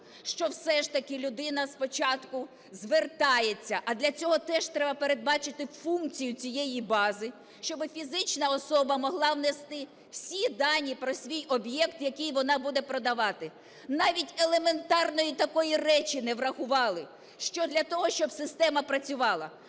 Що все ж таки людина спочатку звертається, а для цього теж треба передбачити функцію цієї бази, щоб фізична особа могла внести всі дані про свій об'єкт, який вона буде продавати. Навіть елементарної такої речі не врахували для того, щоб система працювала.